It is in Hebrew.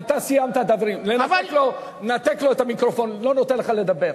אני אמשיך לומר את דעתי גם